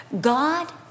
God